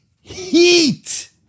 heat